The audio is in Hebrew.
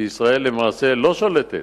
שלמעשה ישראל לא שולטת